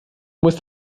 musst